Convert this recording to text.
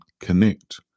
connect